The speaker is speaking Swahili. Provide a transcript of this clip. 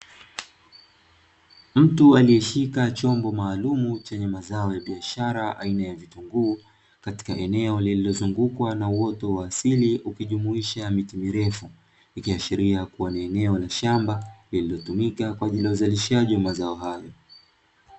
Mtu aliyeshika chombo maalumu chenye mazao ya biashara aina ya vitunguu, katika eneo lililozungukwa na na uoto wa asili ukijumuisha miti mirefu, ikiashiria kuwa ni eneo la shamba lililotumika kwa ajili ya uzalishaji wa mazao hayo.